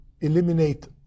eliminate